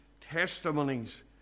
testimonies